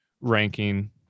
ranking